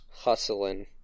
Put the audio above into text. hustling